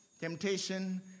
temptation